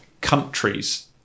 countries